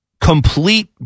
complete